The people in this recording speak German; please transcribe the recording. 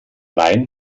wein